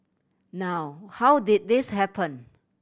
now how did this happen